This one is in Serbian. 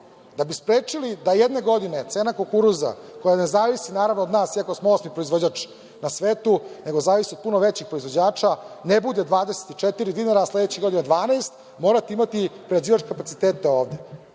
bi sprečili da jedne godine, cena kukuruza koja ne zavisi, naravno od nas iako smo osmi proizvođač na svetu, nego zavisi od puno većih proizvođača, ne bude 24 dinara, a sledeće godine 12, morate imati prerađivačke kapaciteta ovde.